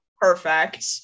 Perfect